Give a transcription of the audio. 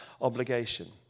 obligation